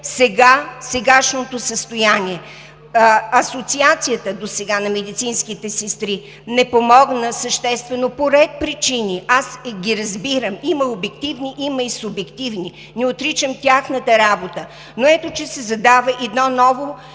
сегашното състояние. Асоциацията на медицинските сестри досега не помогна съществено по ред причини. Аз ги разбирам. Има обективни, има и субективни, не отричам тяхната работа. Но ето че се задава едно ново